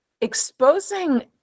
exposing